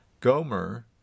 Gomer